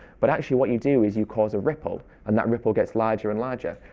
but actually what you do is you cause a ripple and that ripple gets larger and larger.